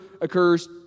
occurs